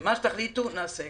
מה שתחליטו נעשה.